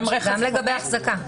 גם רכב לגבי החזקה.